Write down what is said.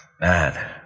Man